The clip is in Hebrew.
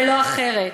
ולא אחרת.